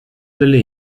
delle